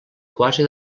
quasi